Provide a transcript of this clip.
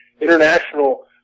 international